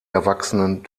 erwachsenen